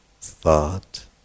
thought